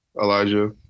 Elijah